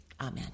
Amen